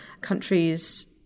countries